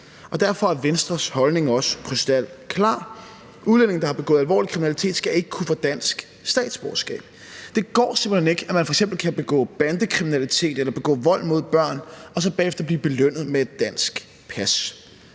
Derfor er Venstres holdning også krystalklar: Udlændinge, der har begået alvorlig kriminalitet, skal ikke kunne få dansk statsborgerskab. Det går simpelt hen ikke, at man f.eks. kan begå bandekriminalitet eller begå vold mod børn og så bagefter blive belønnet med et dansk pas.